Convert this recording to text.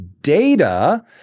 data